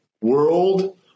world